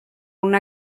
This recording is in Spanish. una